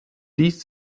dies